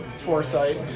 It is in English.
Foresight